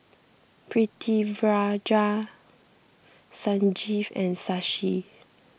Pritiviraj Sanjeev and Shashi